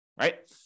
right